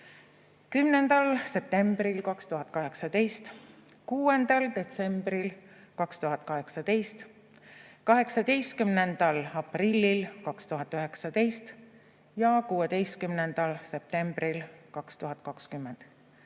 10. septembril 2018, 6. detsembril 2018, 18. aprillil 2019 ja 16. septembril 2020.